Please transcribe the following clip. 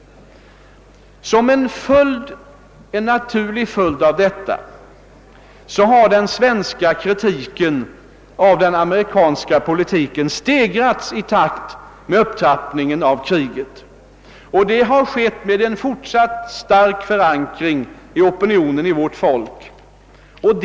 Som en naturlig följd av detta har den svenska kritiken av den amerikanska politiken stegrats i takt med upptrappningen av kriget, och detta har skett med en fortsatt stark förankring i vårt folks opinion.